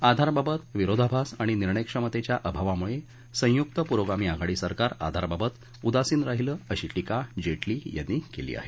आधारबाबत विरोधाभास आणि निर्णयक्षमतेच्या अभावामुळे संयुक्त पुरोगामी आघाडी सरकार आधारबाबत उदासीन राहिली अशी टीका जेटली यांनी केली आहे